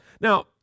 Now